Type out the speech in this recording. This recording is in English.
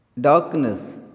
Darkness